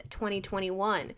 2021